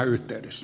kiitos